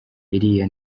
iriya